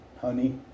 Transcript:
honey